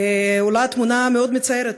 עולה תמונה מאוד מצערת: